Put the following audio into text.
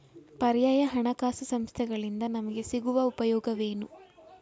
ಪರ್ಯಾಯ ಹಣಕಾಸು ಸಂಸ್ಥೆಗಳಿಂದ ನಮಗೆ ಸಿಗುವ ಉಪಯೋಗವೇನು?